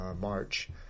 March